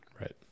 Right